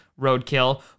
roadkill